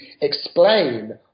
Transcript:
explain